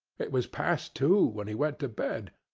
it was past two when he went to bed.